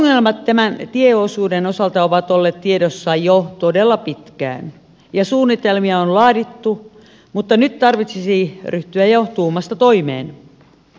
ongelmat tämän tieosuuden osalta ovat olleet tiedossa jo todella pitkään ja suunnitelmia on laadittu mutta nyt tarvitsisi ryhtyä jo tuumasta toimeen